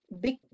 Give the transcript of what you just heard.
big